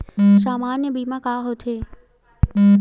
सामान्य बीमा का होथे?